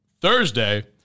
Thursday